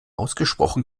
ausgesprochen